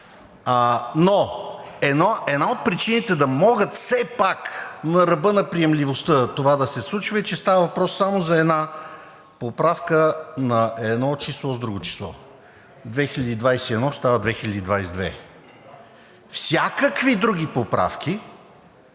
Но една от причините да може все пак на ръба на приемливостта това да се случва, е, че става въпрос само за една поправка на едно число с друго – „2021“ става „2022“. Всякакви други поправки